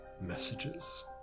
messages